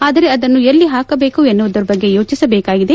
ಆದರೆ ಅದನ್ನು ಎಲ್ಲಿ ಹಾಕಬೇಕು ಎನ್ನುವುದರ ಬಗ್ಗೆ ಯೋಟಿಸಬೇಕಾಗಿದೆ